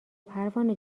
پروانه